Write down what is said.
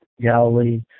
Galilee